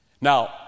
Now